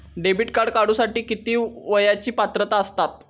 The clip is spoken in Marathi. डेबिट कार्ड काढूसाठी किती वयाची पात्रता असतात?